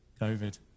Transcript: COVID